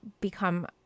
become